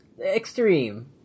Extreme